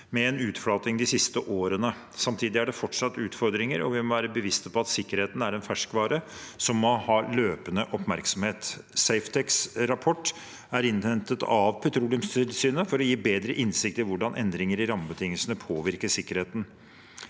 med en utflating de siste årene. Samtidig er det fortsatt utfordringer, og vi må være bevisst på at sikkerheten er en ferskvare som må ha løpende oppmerksomhet. Safetecs rapport er innhentet av Petroleumstilsynet for å gi bedre innsikt i hvordan endringer i rammebetingelsene påvirker sikkerheten.